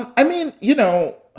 i mean, you know,